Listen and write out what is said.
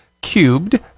cubed